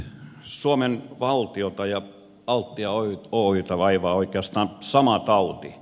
suomen valtiota ja altia oytä vaivaa oikeastaan sama tauti